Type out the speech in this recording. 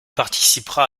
participera